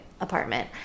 apartment